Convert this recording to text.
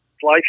fly